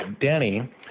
Danny